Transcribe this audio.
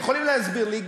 יכולים להסביר לי,